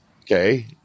okay